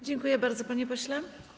Dziękuję bardzo, panie pośle.